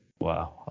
wow